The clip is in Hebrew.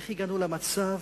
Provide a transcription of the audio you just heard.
איך הגענו למצב